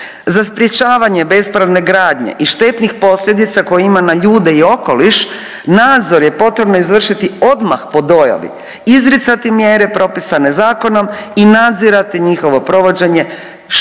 za sprječavanje bespravne gradnje i štetnih posljedica koje ima na ljude i okoliš nadzor je potrebno izvršiti odmah po dojavi, izricati mjere propisane zakonom i nadzirati njihovo provođenje što bez